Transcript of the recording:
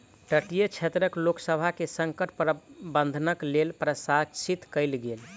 तटीय क्षेत्रक लोकसभ के संकट प्रबंधनक लेल प्रशिक्षित कयल गेल